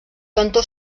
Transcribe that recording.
cantó